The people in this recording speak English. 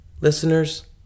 Listeners